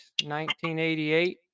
1988